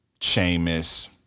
Sheamus